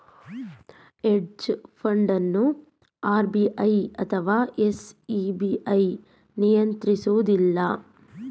hedge fund ಅನ್ನು RBI ಅಥವಾ SEBI ನಿಯಂತ್ರಿಸುವುದಿಲ್ಲ